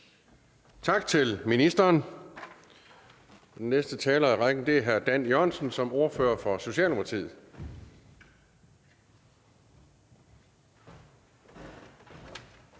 Tak til ministeren. Den næste taler i rækken er hr. Dan Jørgensen som ordfører for Socialdemokratiet.